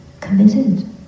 committed